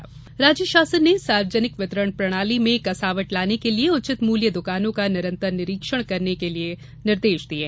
दुकान निरीक्षण राज्य शासन ने सार्वजनिक वितरण प्रणाली में कसावट लाने के लिये उचित मूल्य दुकानों का निरन्तर निरीक्षण करने के निर्देश दिये